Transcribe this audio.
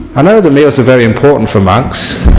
i know that meals are very important for monks